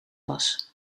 was